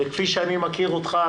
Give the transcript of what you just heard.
וכפי שאני מכיר אותך,